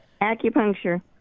Acupuncture